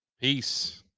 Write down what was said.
Peace